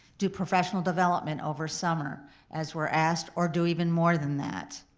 do professional development over summer as we're asked or do even more than that.